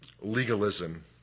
legalism